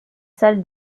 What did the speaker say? salle